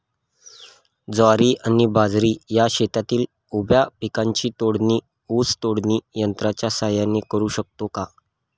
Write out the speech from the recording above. ज्वारी आणि बाजरी या शेतातील उभ्या पिकांची तोडणी ऊस तोडणी यंत्राच्या सहाय्याने करु शकतो का?